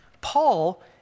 Paul